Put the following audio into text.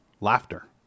laughter